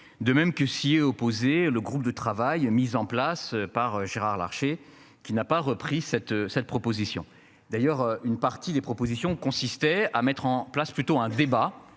De même, que s'est opposé. Le groupe de travail mis en place par Gérard Larché, qui n'a pas repris cette cette proposition d'ailleurs une partie des propositions consistait à mettre en place plutôt un débat,